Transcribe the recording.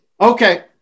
Okay